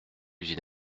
usine